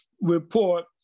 report